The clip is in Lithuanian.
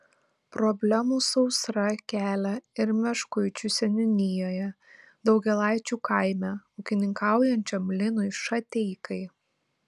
problemų sausra kelia ir meškuičių seniūnijoje daugėlaičių kaime ūkininkaujančiam linui šateikai